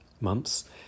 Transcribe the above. months